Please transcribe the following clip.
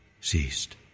ceased